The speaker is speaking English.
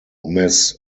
miss